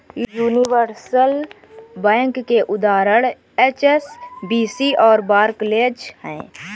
universal bank के उदाहरण HSBC और बार्कलेज हैं